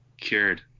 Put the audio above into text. Cured